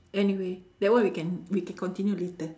anyway that one we can we can continue later